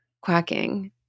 quacking